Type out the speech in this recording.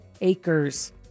acres